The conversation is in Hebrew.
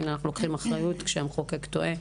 והינה אנחנו לוקחים אחריות כשהמחוקק טועה.